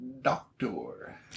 doctor